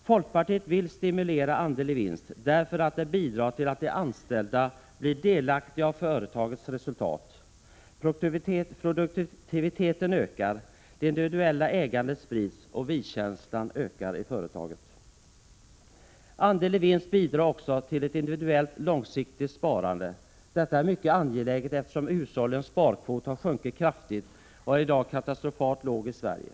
Folkpartiet vill stimulera andel-i-vinst-systemet därför att det bidrar till att de anställda blir delaktiga av företagets resultat, att produktiviteten ökar, att det individuella ägandet sprids och att vi-känslan ökar i företaget. Andel-i-vinst bidrar också till ett individuellt långsiktgt sparande. Detta är mycket angeläget, eftersom hushållens sparkvot har sjunkit kraftigt och i dag är katastrofalt låg i Sverige.